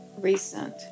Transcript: recent